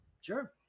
Sure